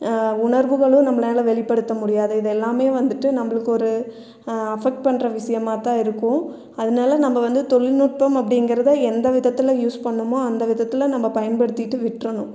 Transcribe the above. உணர்வுகளும் நம்மளால வெளி படுத்த முடியாத இது எல்லாமே வந்துட்டு நம்மளுக்கு ஒரு அஃபக்ட் பண்ணுற விசயமாத்தான் இருக்கும் அதனால நம்ம வந்து தொழில்நுட்பம் அப்படிங்கறது எந்த விதத்தில் யூஸ் பண்ணுமோ அந்த விதத்தில் நம்ம பயன்படுத்திட்டு விட்டரணும்